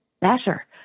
better